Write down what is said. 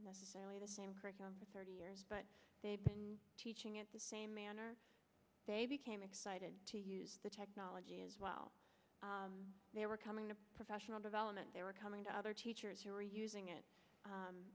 necessarily the same curriculum thirty years but they've been teaching at the same manner they became excited to use the technology as well they were coming to professional development they were coming to other teachers who were using it u